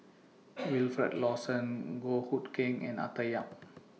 Wilfed Lawson Goh Hood Keng and Arthur Yap